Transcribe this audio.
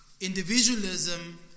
Individualism